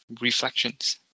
Reflections